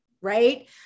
right